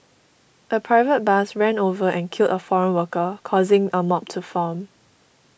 a private bus ran over and killed a foreign worker causing a mob to form